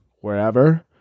wherever